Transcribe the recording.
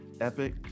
epic